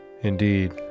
indeed